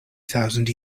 thousand